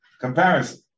comparison